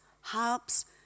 harps